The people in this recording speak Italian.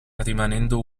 rimanendo